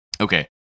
okay